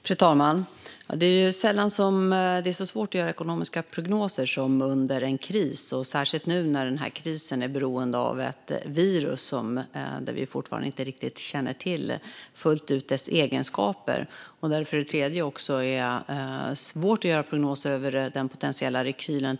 Fru talman! Det är sällan som det är så svårt att göra ekonomiska prognoser som under en kris, särskilt nu när krisen beror på ett virus vars egenskaper vi fortfarande inte fullt ut känner till. Dessutom är det svårt att göra prognoser över den potentiella rekylen.